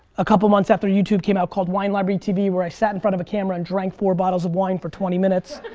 a couple months after youtube came out, called wine library tv where i sat in front of a camera and drank four bottles of wine for twenty minutes.